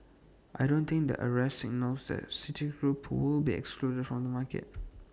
I don't think the arrest signals that citigroup would be excluded from the market